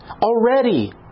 already